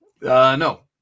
no